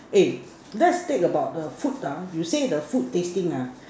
A lets take about the food ah you say the food tasting ah